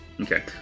Okay